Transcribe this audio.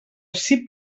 ací